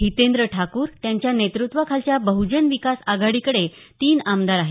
हितेंद्र ठाकूर यांच्या नेतृत्वाखालच्या बहुजन विकास आघाडीकडे तीन आमदार आहेत